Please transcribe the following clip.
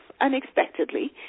unexpectedly